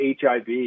HIV